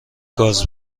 گاز